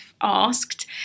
asked